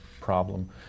problem